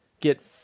get